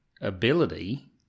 ability